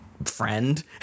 Friend